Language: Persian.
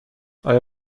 آیا